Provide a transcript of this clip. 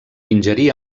ingerir